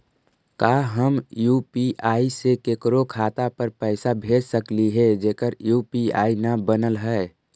का हम यु.पी.आई से केकरो खाता पर पैसा भेज सकली हे जेकर यु.पी.आई न बनल है?